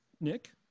Nick